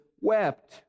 wept